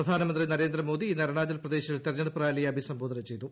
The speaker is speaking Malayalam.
പ്രധാനമന്ത്രി നരേന്ദ്ര മോദി ഇന്ന് അരുണാചൽപ്രദേശിൽ തിരഞ്ഞെടുപ്പ് റാലിയെ അഭിസംബോധന ചെയ്തു